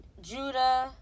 Judah